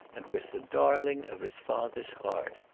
and was the darling of his father's heart.